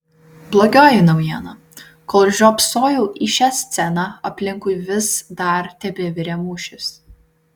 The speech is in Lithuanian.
blogoji naujiena kol žiopsojau į šią sceną aplinkui vis dar tebevirė mūšis